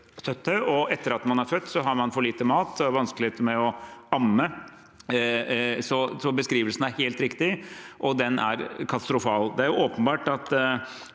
Etter at man har født, har man for lite mat og har vanskeligheter med å amme. Så beskrivelsen er helt riktig, og den er katastrofal.